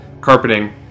Carpeting